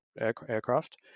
aircraft